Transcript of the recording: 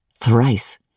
thrice